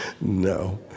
No